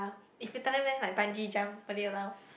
if you tell them leh like bungee jump will they allow